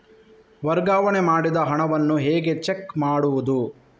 ವರ್ಗಾವಣೆ ಮಾಡಿದ ಹಣವನ್ನು ಹೇಗೆ ಚೆಕ್ ಮಾಡುವುದು?